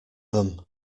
them